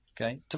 Okay